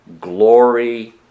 glory